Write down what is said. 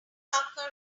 parkour